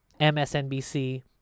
MSNBC